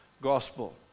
gospel